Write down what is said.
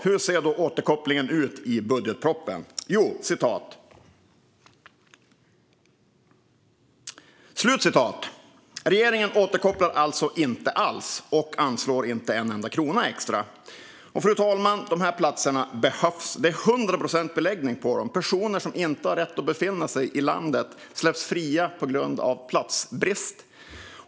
Hur ser då återkopplingen i budgetpropositionen ut? Jo, regeringen återkopplar inte alls och anslår inte en enda krona extra. Fru talman! Dessa platser behövs. Det är 100 procents beläggning på dem. Personer som inte har rätt att befinna sig i landet släpps fria på grund av platsbrist.